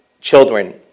children